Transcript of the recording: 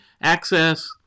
access